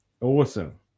awesome